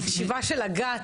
זה החשיבה של אג"ת.